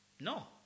No